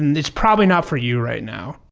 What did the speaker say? and it's probably not for you right now.